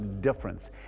Difference